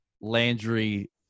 Landry